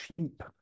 cheap